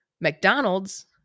mcdonald's